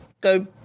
go